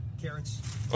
Carrots